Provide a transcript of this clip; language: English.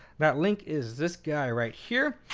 that link is this guy right here.